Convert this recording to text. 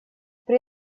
при